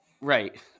right